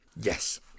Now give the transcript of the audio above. Yes